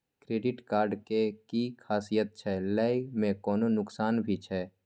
Credit card के कि खासियत छै, लय में कोनो नुकसान भी छै?